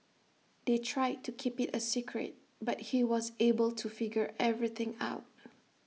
they tried to keep IT A secret but he was able to figure everything out